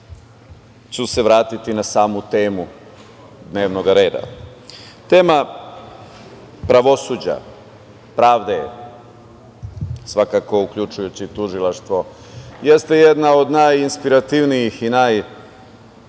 ću se vratiti na samu temu dnevnog reda. Tema pravosuđa, pravde, svakako uključujući i tužilaštvo, jeste jedna od najinspirativnijih i najneiscrpnijih